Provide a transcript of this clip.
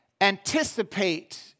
anticipate